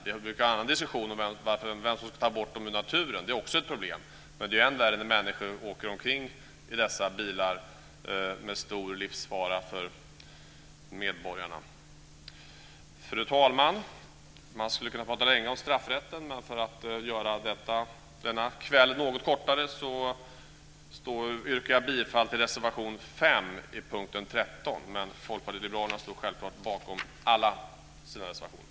Vi har fört en annan diskussion om vem som ska ta bort dem från naturen. Det är också ett problem. Men det är än värre när människor åker omkring i dessa bilar med stor livsfara för medborgarna. Fru talman! Jag skulle kunna tala länge om straffrätten. För att göra denna kväll något kortare yrkar jag bifall till reservation 5 under punkten 13. Men Folkpartiet liberalerna står självklart bakom alla sina reservationer.